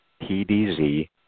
PDZ